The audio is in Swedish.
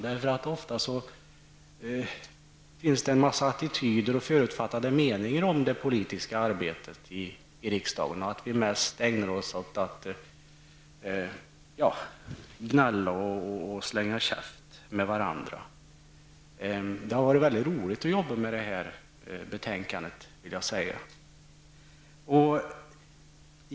Det finns ofta attityder och förutfattade meningar om det politiska arbetet i riksdagen, av typen att vi mest ägnar oss åt att gnälla och slänga käft med varandra. Det har varit roligt att arbeta med detta betänkande.